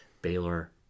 Baylor